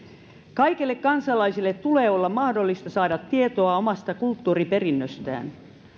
kaikille kansalaisille tulee olla mahdollista saada tietoa omasta kulttuuriperinnöstään